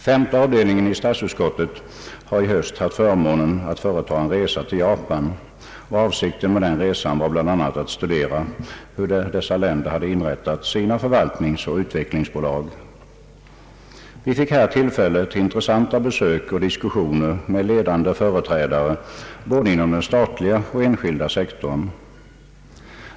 Femte avdelningen i statsutskottet har i höst haft förmånen att företa en resa till bl.a. Japan och Italien. En av avsikterna med resan var att studera hur dessa länder hade byggt upp sina förvaltningsoch utvecklingsbolag. Vi fick tillfälle till intressanta besök och diskussioner med ledande företrädare för både den statliga och den enskilda sektorn.